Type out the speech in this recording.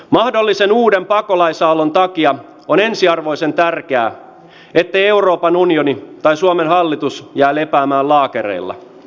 mahdollisen uuden pakolaisaallon takia on ensiarvoisen tärkeää ettei euroopan unioni tai suomen hallitus jää lepäämään laakereilla